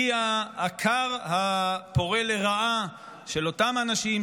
היא הכר הפורה לרעה של אותם אנשים,